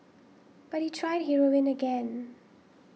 but he tried heroin again